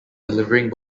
delivering